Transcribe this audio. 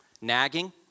nagging